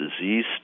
disease